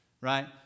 right